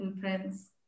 friends